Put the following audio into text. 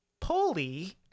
Polly